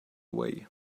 away